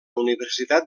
universitat